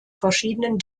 verschiedenen